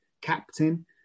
captain